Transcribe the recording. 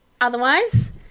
otherwise